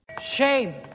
Shame